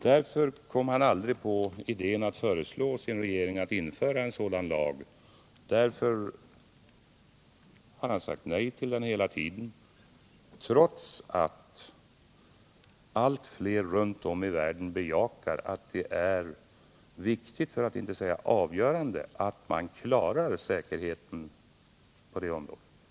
Därför kom han aldrig på idén att föreslå sin regering att införa en villkorslag. Därför har han hela tiden sagt nej till en sådan lag, trots att allt fler runt om i världen bejakar att det är viktigt, för att inte säga avgörande, att man kräver säkerhet på detta område.